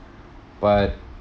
but